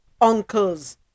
Uncles